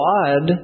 God